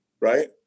right